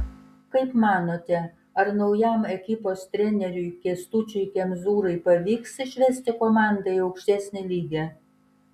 kaip manote ar naujam ekipos treneriui kęstučiui kemzūrai pavyks išvesti komandą į aukštesnį lygį